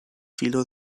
filo